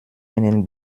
einen